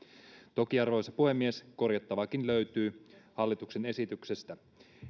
toki arvoisa puhemies korjattavaakin hallituksen esityksestä löytyy